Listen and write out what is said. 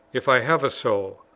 if i have a soul!